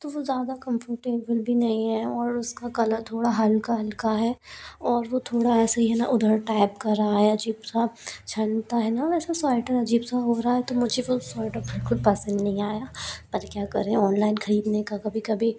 तो वो ज़्यादा कम्फर्टेबल भी नहीं है और उसका कलर थोड़ा हल्का हल्का है और वो थोड़ा ऐसे ही है ना उधर टाइप का रहा है अजीब सा छनता है ना वैसा स्वैटर अजीब सा हो रहा है तो मुझे वो स्वैटर बिल्कुल पसंद नहीं आया पर क्या करें ऑनलाइन ख़रीदने का कभी कभी